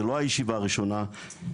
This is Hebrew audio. זו לא הישיבה הראשונה שאני נוכח בה,